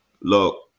look